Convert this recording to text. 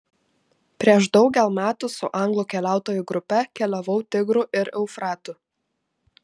prieš daugel metų su anglų keliautojų grupe keliavau tigru ir eufratu